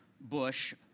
bush